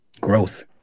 growth